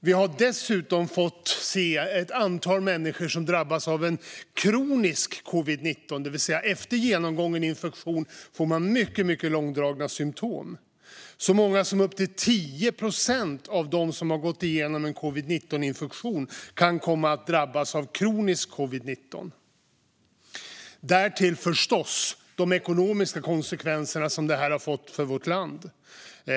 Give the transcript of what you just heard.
Vi har dessutom fått se ett antal människor som drabbats av kronisk covid-19. Det är alltså när man efter genomgången infektion får mycket, mycket långdragna symtom. Så många som upp till 10 procent av dem som har gått igenom en covid-19-infektion kan komma att drabbas av kronisk covid-19. Därtill kommer förstås de ekonomiska konsekvenser som detta har fått för vårt land.